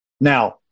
Now